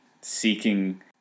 seeking